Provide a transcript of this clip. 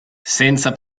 senza